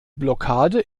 blockade